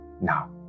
now